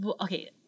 okay